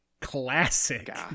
classic